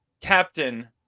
Captain